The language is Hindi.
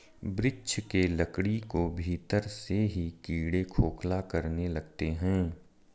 वृक्ष के लकड़ी को भीतर से ही कीड़े खोखला करने लगते हैं